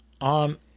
on